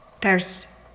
There's